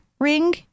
Ring